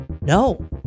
No